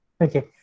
Okay